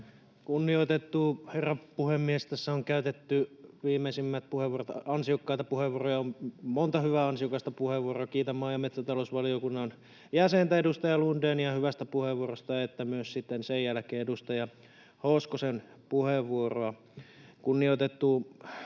Kunnioitettu herra puhemies! Tässä on viimeksi käytetty monta hyvää, ansiokasta puheenvuoroa. Kiitän maa- ja metsätalousvaliokunnan jäsentä, edustaja Lundénia, hyvästä puheenvuorosta sekä myös sitten sen jälkeen edustaja Hoskosen puheenvuoroa. Kunnioitettu